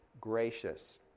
gracious